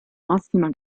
massima